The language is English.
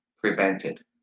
prevented